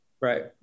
right